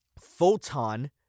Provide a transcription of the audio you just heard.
Photon